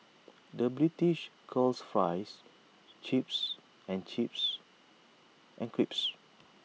the British calls Fries Chips and chips and crisps